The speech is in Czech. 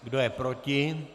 Kdo je proti?